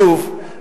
שוב,